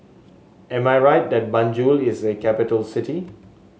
am I right that Banjul is a capital city